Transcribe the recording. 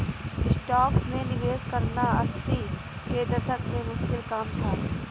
stocks में निवेश करना अस्सी के दशक में मुश्किल काम था